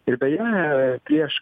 ir beje prieš